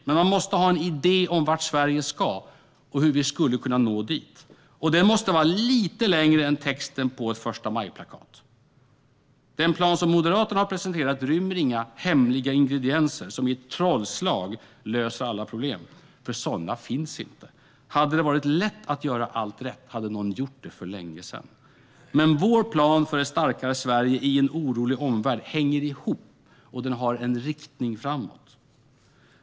Men man måste ha en idé om vart Sverige ska och hur vi skulle kunna nå dit. Och den måste vara lite längre än texten på ett första maj-plakat. Den plan som Moderaterna har presenterat rymmer inga hemliga ingredienser som i ett trollslag löser alla problem, för sådana finns inte. Hade det varit lätt att göra allt rätt hade någon gjort det för länge sedan. Men vår plan för ett starkare Sverige i en orolig omvärld hänger ihop och har en riktning framåt.